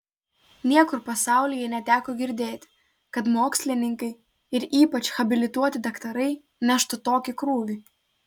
niekur pasaulyje neteko girdėti kad mokslininkai ir ypač habilituoti daktarai neštų tokį krūvį